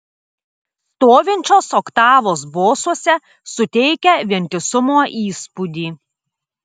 stovinčios oktavos bosuose suteikia vientisumo įspūdį